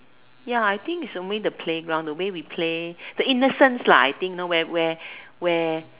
ya I think is only the playground the way we play the innocence lah I think you know where where where